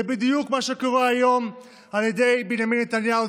זה בדיוק מה שקורה היום על ידי בנימין נתניהו,